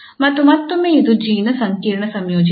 ಮತ್ತು ಮತ್ತೊಮ್ಮೆ ಇದು 𝑔 ನ ಸಂಕೀರ್ಣ ಸಂಯೋಜನೆಯಾಗಿದೆ